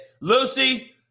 Lucy